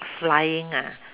flying ah